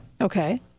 Okay